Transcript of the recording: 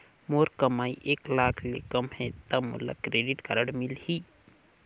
मोर कमाई एक लाख ले कम है ता मोला क्रेडिट कारड मिल ही?